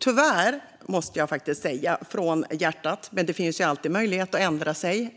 Tyvärr, måste jag säga från hjärtat - men det finns ännu möjlighet att ändra sig;